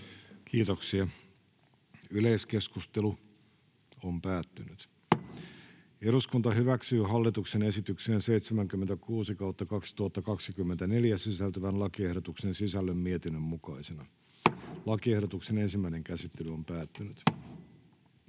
että yleiskeskustelu on päättynyt ja eduskunta hyväksyy hallituksen esitykseen HE 60/2024 sisältyvien 1. ja 2. lakiehdotuksen sisällön mietinnön mukaisena. Lakiehdotusten ensimmäinen käsittely on päättynyt.